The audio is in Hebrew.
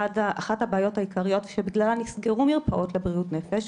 אחת הבעיות העיקריות שבגללן נסגרו או צומצמו מאוד מרפאות לבריאות נפש,